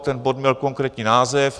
Ten bod měl konkrétní název.